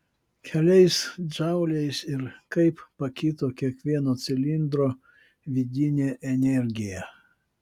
keliais džauliais ir kaip pakito kiekvieno cilindro vidinė energija